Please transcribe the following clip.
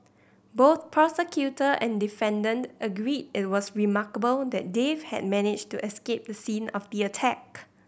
both prosecutor and defendant agreed it was remarkable that Dave had managed to escape the scene of the attack